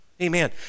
Amen